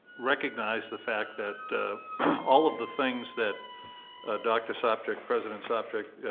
recognize the fact that all of the things that dr. sopcich, president sopcich,